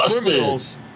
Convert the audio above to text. criminals